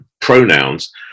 pronouns